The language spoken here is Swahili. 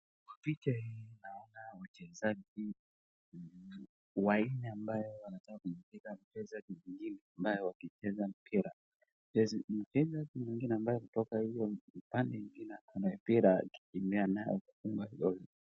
Kwa picha hii, naona wachezaji wanne ambayo wanataka kumpiga mchezaji mwingine ambaye wakicheza mpira. Mchezaji mwingine ambaye kutoka ile upande mwingine ako na mpira akieda nayo kufunga goli.